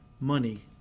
money